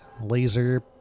laser